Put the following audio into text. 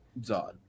Zod